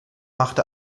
macht